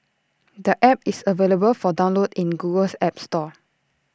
the app is available for download in Google's app store